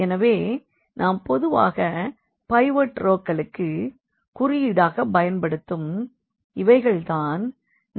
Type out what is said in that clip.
எனவே நாம் பொதுவாக பைவோட் ரோக்களுக்கு குறியீடாக பயன்படுத்தும் இவைகள் தான் நம்பரில் உள்ள r